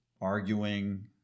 arguing